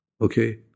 Okay